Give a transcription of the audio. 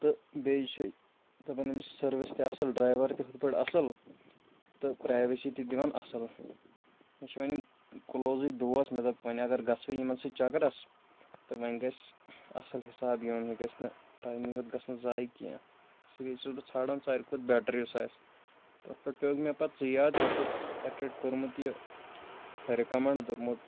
تہٕ بیٚیہِ چھِ دَپان أمِس سٔروِس تہِ اَصٕل ڈرٛایوَر تہِ ہُتھ پٲٹھۍ اَصٕل تہٕ پرٛایویسی تہِ دِوان اَصٕل یہِ چھِ وَنہِ کٕلوزٕے دوس مےٚ دوٚپ وۄنۍ اَگر گژھوے یِمَن سۭتۍ چَکرَس تہٕ وۄنۍ گژھِ اَصٕل حساب یُن یہِ گژھِ نہٕ ٹایمٕے یوت گژھُن ضایعہِ کیٚنٛہہ اسی لیے چھُس بہٕ ژھاڈا ساروی کھۄتہٕ بٮ۪ٹَر یُس آسہِ تَتھ پٮ۪ٹھ پیوٚوُکھ مےٚ پَتہٕ ژٕ یاد ژےٚ اوسُتھ اَکہِ لَٹہِ کوٚرمُت یہِ رِکَمٮ۪نٛڈ دوٚپمُت